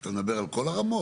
אתה מדבר על כל הרמות?